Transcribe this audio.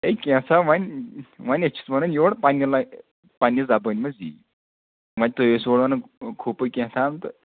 A کینٛژھا وۅنۍ وۅنۍ چھِ وَنان یورٕ پنٛنہِ لاے پنٛنہِ زبٲنۍ منٛز ییی وۅنۍ تُہۍ ٲسوٕ وَنان کھُپہٕ کیٛاہتام تہٕ